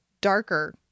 darker